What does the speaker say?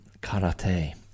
Karate